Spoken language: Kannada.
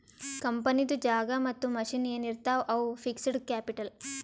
ಕಂಪನಿದು ಜಾಗಾ ಮತ್ತ ಮಷಿನ್ ಎನ್ ಇರ್ತಾವ್ ಅವು ಫಿಕ್ಸಡ್ ಕ್ಯಾಪಿಟಲ್